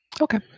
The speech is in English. Okay